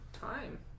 time